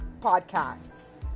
podcasts